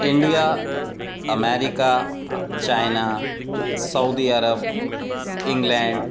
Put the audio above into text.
India America China Saudi Arab England